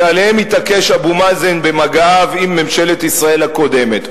שעליהם התעקש אבו מאזן במגעיו עם ממשלת ישראל הקודמת.